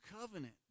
covenant